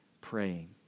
praying